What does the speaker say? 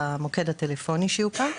למוקד הטלפוני שיוקם,